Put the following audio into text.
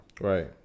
Right